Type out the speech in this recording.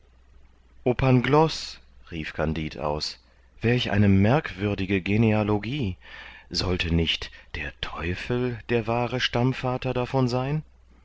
pangloß rief kandid aus welch eine merkwürdige genealogie sollte nicht der teufel der wahre stammvater davon sein